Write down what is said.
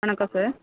வணக்கம் சார்